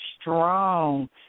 strong